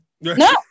No